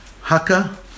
haka